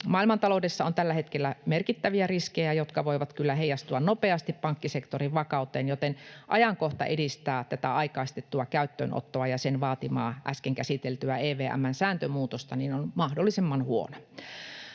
Maailmantaloudessa on tällä hetkellä merkittäviä riskejä, jotka voivat heijastua nopeasti pankkisektorin vakauteen, joten ajankohta edistää tätä aikaistettua käyttöönottoa ja sen vaatimaa, äsken käsiteltyä EVM:n sääntömuutosta on mahdollisimman huono.